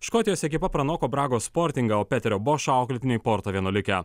škotijos ekipa pranoko bragos sportingą o peterio boš auklėtiniai porto vienuolikę